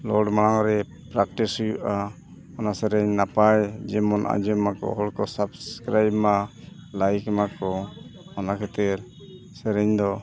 ᱨᱚᱲ ᱢᱟᱲᱟᱝ ᱨᱮ ᱦᱩᱭᱩᱜᱼᱟ ᱚᱱᱟ ᱥᱮᱨᱮᱧ ᱱᱟᱯᱟᱭ ᱡᱮᱢᱚᱱ ᱟᱸᱡᱚᱢ ᱢᱟᱠᱚ ᱦᱚᱲᱠᱚ ᱢᱟ ᱢᱟᱠᱚ ᱚᱱᱟ ᱠᱷᱟᱹᱛᱤᱨ ᱥᱮᱨᱮᱧ ᱫᱚ